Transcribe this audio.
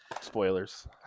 spoilers